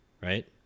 Right